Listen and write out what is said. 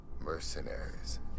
mercenaries